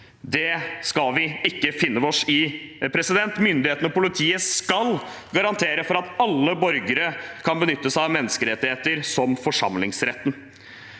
Det skal vi ikke finne oss i. Myndighetene og politiet skal garantere for at alle borgere kan benytte seg av menneskerettigheter som forsamlingsretten.